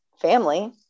family